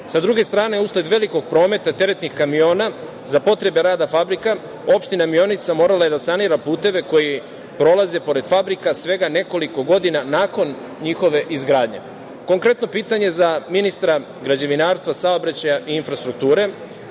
Sa druge strane, usled velikog prometa teretnih kamiona za potrebe rada fabrika opština Mionica morala je da sanira puteve koji prolaze pored fabrika svega nekoliko godina nakon njihove izgradnje. Konkretno pitanje za ministra građevinarstva, saobraćaja i infrastrukture